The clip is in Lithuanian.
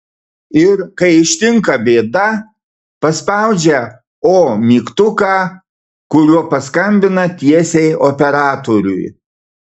ir kai ištinka bėda paspaudžia o mygtuką kuriuo paskambina tiesiai operatoriui